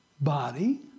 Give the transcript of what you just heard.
body